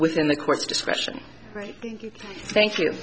within the court's discretion thank you